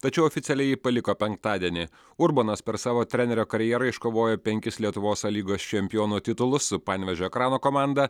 tačiau oficialiai jį paliko penktadienį urbonas per savo trenerio karjerą iškovojo penkis lietuvos a lygos čempiono titulus su panevėžio ekrano komanda